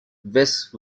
west